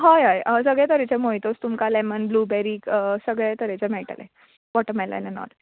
हय अय सगळे तरेचे मोइतोज तुमकां लॅमन ब्लुबॅरीक सगळे तरेचे मेयटले वॉटमॅलन एन ऑल